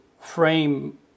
frame